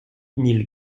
mille